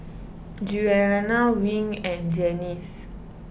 Giuliana Wing and Janice